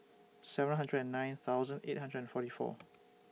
seven hundred and nine thousand eight hundred and forty four